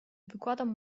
wykładam